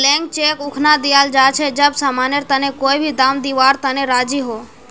blank cheque उखना दियाल जा छे जब समानेर तने कोई भी दाम दीवार तने राज़ी हो